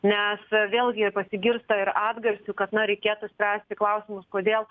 nes vėlgi pasigirsta ir atgarsių kad na reikėtų spręsti klausimus kodėl